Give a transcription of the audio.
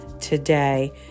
today